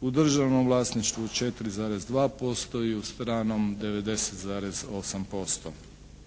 u državnom vlasništvu 4,2% i u stranom 90,8%.